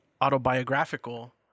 autobiographical